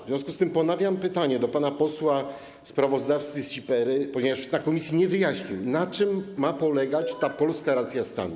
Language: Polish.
W związku z tym ponawiam pytanie do pana posła sprawozdawcy Sipiery, ponieważ na komisji tego nie wyjaśnił, na czym ma polegać ta polska racja stanu.